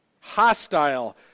Hostile